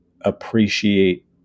appreciate